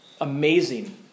Amazing